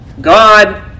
God